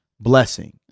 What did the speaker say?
blessing